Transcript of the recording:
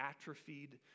atrophied